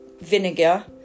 vinegar